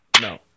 No